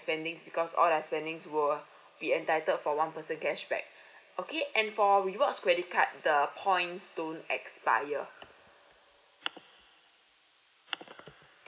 spending because all their spending will be entitled for one percent cashback okay and for rewards credit card the points don't expire mm